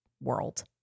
world